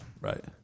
Right